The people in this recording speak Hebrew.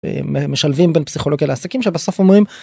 משלבים בין פסיכולוגיה לעסקים שבסוף אומרים.